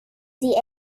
sie